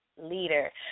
leader